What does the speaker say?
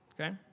Okay